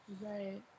Right